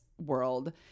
world